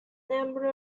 number